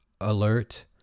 alert